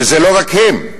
וזה לא רק הם,